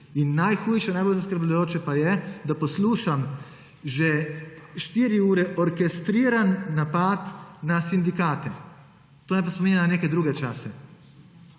Najhujše, najbolj zaskrbljujoče pa je, da poslušam že štiri ure orkestriran napad za sindikate. To me pa spominja na neke druge čase,